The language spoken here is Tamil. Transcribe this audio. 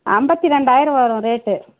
ஐம்பத்தி ரெண்டாயிரம் வரும் ரேட்டு